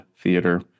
theater